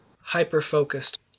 hyper-focused